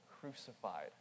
crucified